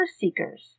seekers